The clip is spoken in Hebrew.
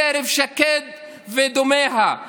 מקרב שקד ודומיה,